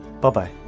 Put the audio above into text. Bye-bye